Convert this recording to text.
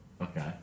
Okay